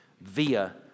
via